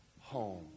home